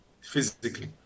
physically